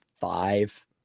five